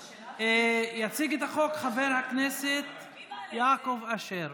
יציג את החוק חבר הכנסת יעקב אשר.